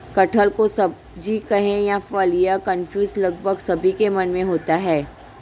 कटहल को सब्जी कहें या फल, यह कन्फ्यूजन लगभग सभी के मन में होता है